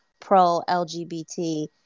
pro-LGBT